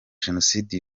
jenoside